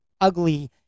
ugly